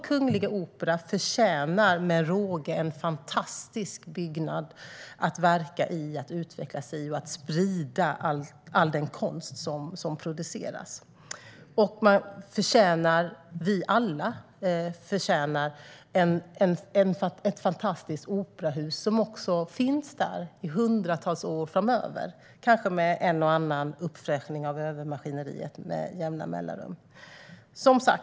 Kungliga Operan förtjänar alltså med råge en fantastisk byggnad att verka och utvecklas i för att sprida all den konst som produceras. Vi alla förtjänar ett fantastiskt operahus som finns där i hundratals år framöver, kanske med en och annan uppfräschning av övermaskineriet.